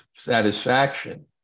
Satisfaction